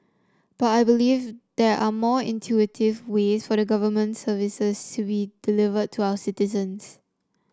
but I believe there are more intuitive ways for government services to be delivered to our citizens